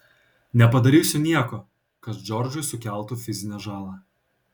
nepadarysiu nieko kas džordžui sukeltų fizinę žalą